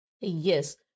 Yes